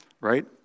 right